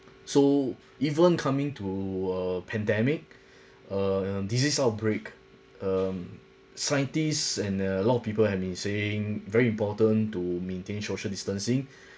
so even coming to err pandemic err disease outbreak um scientists and uh a lot of people have been saying very important to maintain social distancing